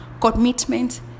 commitment